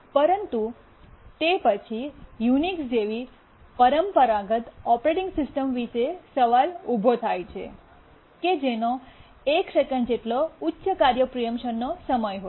પરંતુ તે પછી યુનિક્સ જેવી પરંપરાગત ઓપરેટિંગ સિસ્ટમ્સ વિશે સવાલ ઉભો થાય છે કે જેનો એક સેકંડ જેટલો ઉચ્ચ કાર્ય પ્રિમીશનનો સમય હોય